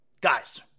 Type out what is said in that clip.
Guys